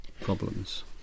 problems